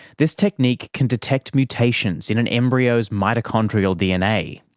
this technique can detect mutations in an embryo's mitochondrial dna.